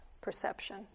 perception